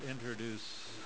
introduce